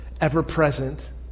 ever-present